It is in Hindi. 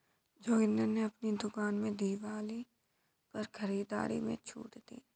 जोगिंदर ने अपनी दुकान में दिवाली पर खरीदारी में छूट दी